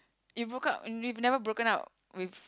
you broke up you never broken up with